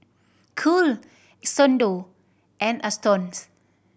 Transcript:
Cool Xndo and Astons